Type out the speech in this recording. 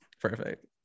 perfect